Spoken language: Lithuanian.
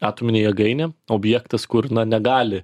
atominė jėgainė objektas kur na negali